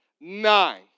Nine